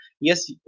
Yes